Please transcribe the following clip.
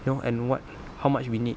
you know and what how much we need